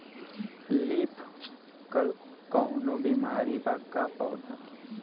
Leaf curl कौनो बीमारी बा का पौधा के?